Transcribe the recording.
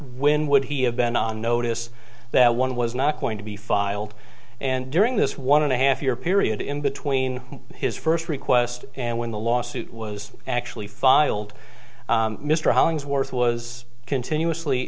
when would he have been on notice that one was not going to be filed and during this one and a half year period in between his first request and when the lawsuit was actually filed mr hollingsworth was continuously